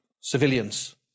civilians